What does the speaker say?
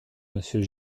monsieur